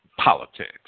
politics